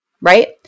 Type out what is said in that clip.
Right